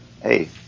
hey